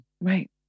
Right